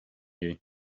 you